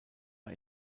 are